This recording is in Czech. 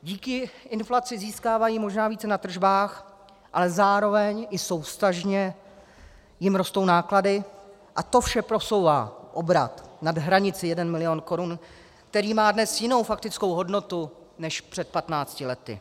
Díky inflaci získávají možná více na tržbách, ale zároveň i souvztažně jim rostou náklady, a to vše posouvá obrat nad hranici 1 milion korun, který má dnes jinou faktickou hodnotu než před 15 lety.